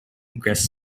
guest